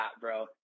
bro